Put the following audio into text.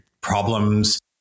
problems